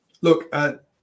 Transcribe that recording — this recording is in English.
look